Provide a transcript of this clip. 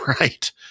right